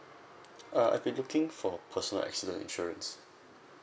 uh I've been looking for personal accident insurance